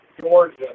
Georgia